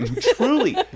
truly